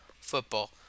football